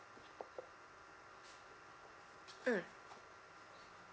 mm